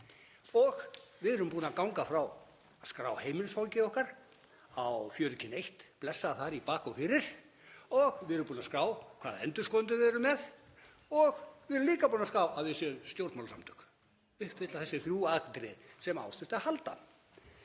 og við erum búin að ganga frá því að skrá heimilisfangið okkar á Fjörgyn 1, blessa það í bak og fyrir, og við erum búin að skrá hvaða endurskoðendur við erum með. Við erum líka búin að ská að við séum stjórnmálasamtök, uppfylla þessi þrjú atriði sem á þurfti að halda.